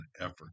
effort